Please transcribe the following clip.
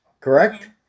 correct